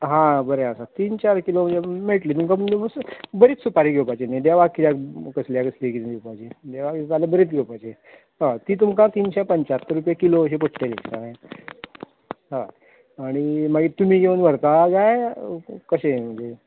हा बरें आसा तीन चार हें किलो मेळटली तुमकां बरीच सुपारी घेवपाची न्ही देवाक किद्याक कसल्या कसली किद्याक दिवपाची देवाक दिता जाल्यार बरीच घेवपाची हय ती तुमकां तिनशे पंच्यात्तर किलो अशी पडटली कळ्ळें हय आनी मागीर तुमी येवन व्हरता गाय कशें किदें म्हणजे